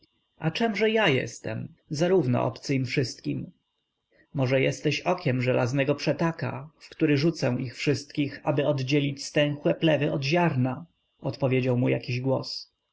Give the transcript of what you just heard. bohaterów a czemże ja jestem zarówno obcy im wszystkim może jesteś okiem żelaznego przetaka w który rzucę ich wszystkich aby oddzielić stęchłe plewy od ziarna odpowiedział mu jakiś głos